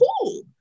cool